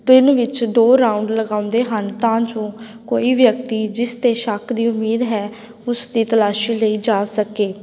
ਦਿਨ ਵਿੱਚ ਦੋ ਰਾਊਂਡ ਲਗਾਉਂਦੇ ਹਨ ਤਾਂ ਜੋ ਕੋਈ ਵਿਅਕਤੀ ਜਿਸ 'ਤੇ ਸ਼ੱਕ ਦੀ ਉਮੀਦ ਹੈ ਉਸਦੀ ਤਲਾਸ਼ੀ ਲਈ ਜਾ ਸਕੇ